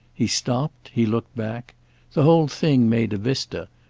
he stopped, he looked back the whole thing made a vista,